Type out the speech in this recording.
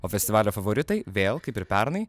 o festivalio favoritai vėl kaip ir pernai